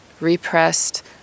repressed